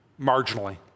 Marginally